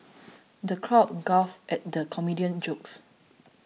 the crowd guffawed at the comedian's jokes